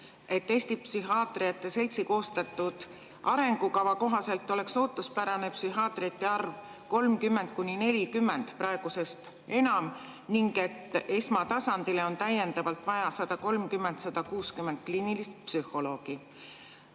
et Eesti Psühhiaatrite Seltsi koostatud arengukava kohaselt oleks ootuspärane psühhiaatrite arv 30–40 praegusest enam ning et esmatasandile on täiendavalt vaja 130–160 kliinilist psühholoogi.